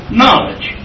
knowledge